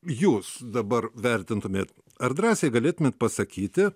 jūs dabar vertintumėt ar drąsiai galėtumėt pasakyti